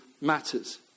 matters